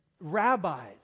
rabbis